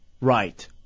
Right